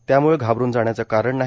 त्यामुळे घाबरून जाण्याचे कारण नाही